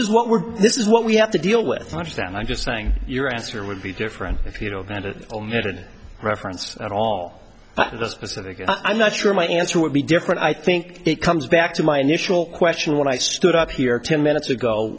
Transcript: is what we're this is what we have to deal with much that i'm just saying your answer would be different if you know that it omitted reference at all to the specific and i'm not sure my answer would be different i think it comes back to my initial question when i stood up here ten minutes ago